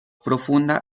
profunda